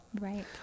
Right